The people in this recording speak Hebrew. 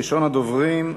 ראשון הדוברים,